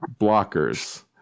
Blockers